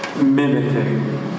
mimicking